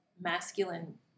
masculine